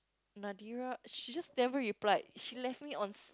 Nadira she just never replied she left me on